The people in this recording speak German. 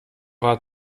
war